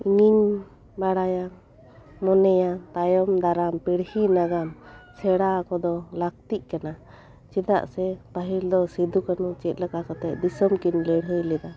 ᱤᱧ ᱵᱟᱲᱟᱭᱟ ᱢᱚᱱᱮᱭᱟ ᱛᱟᱭᱚᱢ ᱫᱟᱲᱟᱢ ᱯᱤᱲᱦᱚ ᱱᱟᱜᱟᱢ ᱥᱮᱬᱟ ᱠᱚᱫᱚ ᱞᱟᱹᱠᱛᱤᱜ ᱠᱟᱱᱟ ᱪᱮᱫᱟᱜ ᱥᱮ ᱯᱟᱹᱦᱤᱞᱫᱚ ᱥᱤᱫᱩ ᱠᱟᱹᱱᱩ ᱪᱮᱫᱞᱮᱠᱟ ᱠᱟᱛᱮᱫ ᱫᱤᱥᱟᱹᱢ ᱠᱤᱱ ᱞᱟᱹᱲᱦᱟᱹᱭ ᱞᱮᱫᱟ